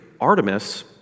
Artemis